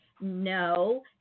No